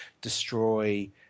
destroy